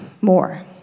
more